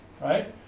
right